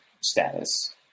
status